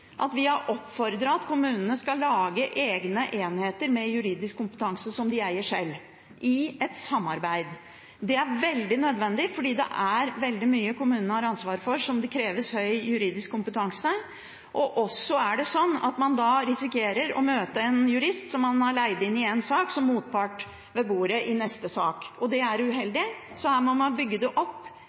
imot vår oppfordring om at kommunene skal lage egne enheter med juridisk kompetanse som de eier sjøl – i et samarbeid. Det er veldig nødvendig, for det er veldig mye kommunene har ansvar for der det kreves høy juridisk kompetanse. Man risikerer også å møte en jurist som man har leid inn i en sak, som motpart ved bordet i neste sak. Det er uheldig, så dette må bygges opp. Det kan man gjøre i store kommuner, og man kan gjøre det